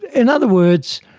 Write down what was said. in other words,